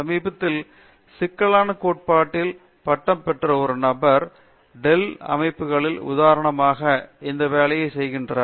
சமீபத்தில் ஒரு சிக்கலான கோட்பாட்டில் பட்டம் பெற்ற ஒரு நபர் டெல் அமைப்புகளில் உதாரணமாக இந்த வேலையை சென்றார்